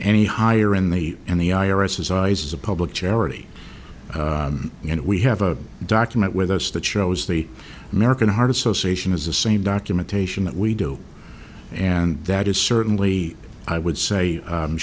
any higher in the and the i r s is ice is a public charity and we have a document with us that shows the american heart association is the same documentation that we do and that is certainly i would say